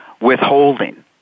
withholding